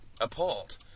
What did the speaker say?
appalled